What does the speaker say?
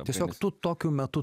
tiesiog tu tokiu metu